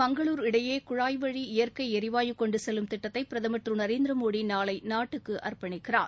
மங்களுர் இடையே குழாய் வழி இயற்கை ளிவாயு கொண்டு செல்லும் திட்டத்தை பிரதம் திரும் கொச்சி நரேந்திரமோடி நாளை நாட்டுக்கு அர்ப்பணிக்கிறார்